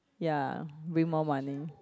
ya bring more money